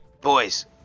boys